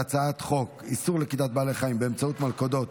ההצעה להעביר את הצעת חוק איסור לכידת בעלי חיים באמצעות מלכודות,